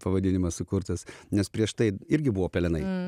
pavadinimas sukurtas nes prieš tai irgi buvo pelenai